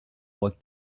what